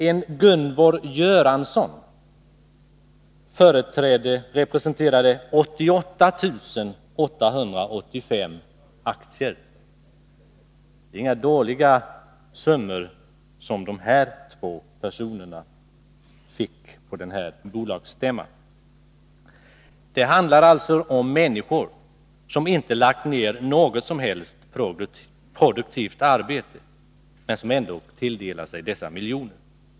En Gunborg Göransson företrädde 88 885 aktier. Det var alltså inga små summor som dessa två personer tilldelades genom denna bolagsstämma. Det handlar om människor som inte lagt ner något som helst produktivt arbete i verksamheten, men som ändå tilldelar sig miljonbelopp.